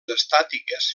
estàtiques